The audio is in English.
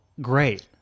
great